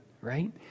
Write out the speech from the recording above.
right